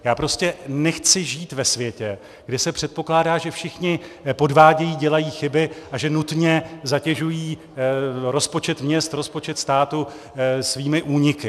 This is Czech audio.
Já prostě nechci žít ve světě, kde se předpokládá, že všichni podvádějí, dělají chyby a že nutně zatěžují rozpočet měst, rozpočet státu svými úniky.